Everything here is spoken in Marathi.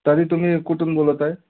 तरी तुम्ही कुठून बोलत आहे